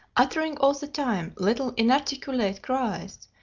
uttering all the time little inarticulate cries,